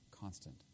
constant